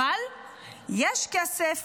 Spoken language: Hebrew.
אבל יש כסף